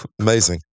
Amazing